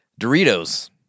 Doritos